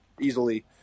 easily